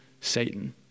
Satan